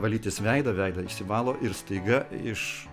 valytis veidą veidą išsivalo ir staiga iš